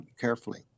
carefully